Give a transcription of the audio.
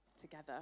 together